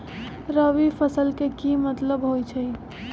रबी फसल के की मतलब होई छई?